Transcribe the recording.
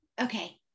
okay